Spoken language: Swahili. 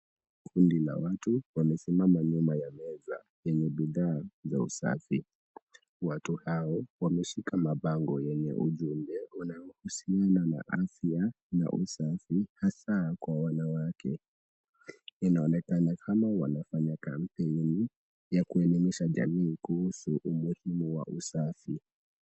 Kundi la watu, wamesimama nyuma ya meza yenye bidhaa za usafi. Watu hao wameshika mabango yenye ujumbe unaohusiana na afya na usafi hasaa kwa wanawake. Inaonekana kama wanafanya kampeni, ya kuelimisha jamii kuhusu umuhimu wa usafi.